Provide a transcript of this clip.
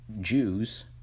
Jews